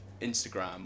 Instagram